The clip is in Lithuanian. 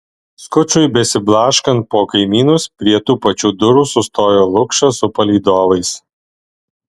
skučui besiblaškant po kaimynus prie tų pačių durų sustojo lukša su palydovais